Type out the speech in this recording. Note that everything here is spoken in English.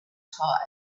tired